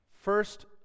First